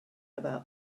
about